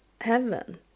heaven